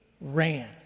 ran